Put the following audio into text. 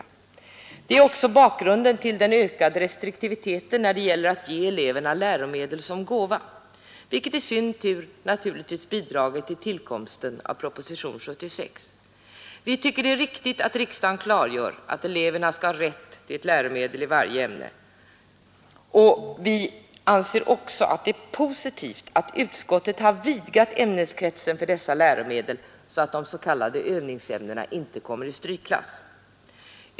Detta är också bakgrunden till den ständigt ökade restriktiviteten när det gäller att ge eleverna läromedel som gåva, vilket i sin tur bidragit till tillkomsten av propositionen 76. Vi tycker det är riktigt att riksdagen klargör att eleverna skall ha rätt till ett läromedel i varje ämne. Det är också positivt att utskottet vidgat ämneskretsen för dessa läromedel så att de s.k. övningsämnena inte ställs i strykklass.